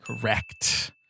Correct